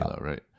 right